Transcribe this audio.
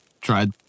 tried